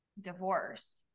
divorce